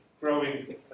growing